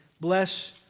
Bless